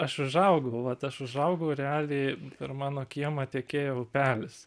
aš užaugau vat aš užaugau realiai per mano kiemą tekėjo upelis